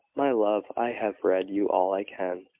my love, i have read you all i can.